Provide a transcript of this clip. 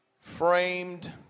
framed